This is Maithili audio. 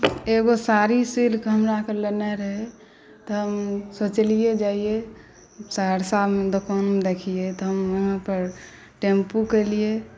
एगो साड़ी सिल्क हमराके लेनाइ रहै तऽ हम सोचलियै जइयै सहरसामे दोकानमे देखियै तऽ हम वहाँपर टेम्पू केलियै